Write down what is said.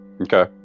Okay